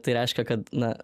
tai reiškia kad na